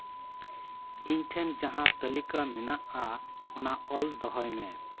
ᱤᱧ ᱴᱷᱮᱱ ᱡᱟᱦᱟᱸ ᱛᱟᱞᱤᱠᱟ ᱢᱮᱱᱟᱜᱼᱟ ᱚᱱᱟ ᱚᱞ ᱫᱚᱦᱚᱭ ᱢᱮ